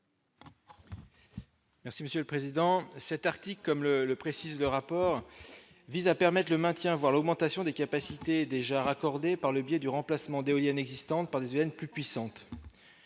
Merci Monsieur le Président, cet article comme le le précise le rapport VISA permettent le maintien, voire l'augmentation des capacités déjà raccordés par le biais du remplacement d'éoliennes existantes parisienne plus puissantes